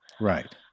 Right